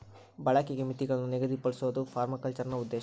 ಬಳಕೆಗೆ ಮಿತಿಗುಳ್ನ ನಿಗದಿಪಡ್ಸೋದು ಪರ್ಮಾಕಲ್ಚರ್ನ ಉದ್ದೇಶ